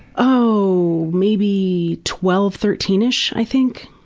oh maybe twelve, thirteen ish i think.